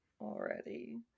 already